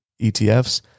ETFs